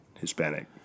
Hispanic